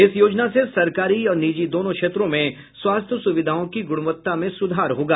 इस योजना से सरकारी और निजी दोनों क्षेत्रों में स्वास्थ्य सुविधाओं की गुणवत्ता में सुधार होगा